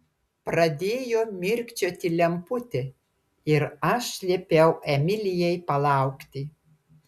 pradėjo mirkčioti lemputė ir aš liepiau emilijai palaukti